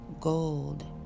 gold